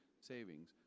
savings